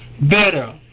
better